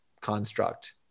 construct